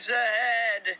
ahead